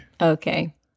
Okay